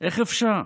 איך אפשר?